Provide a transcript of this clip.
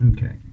Okay